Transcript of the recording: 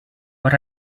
but